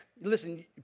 listen